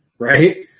Right